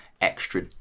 extra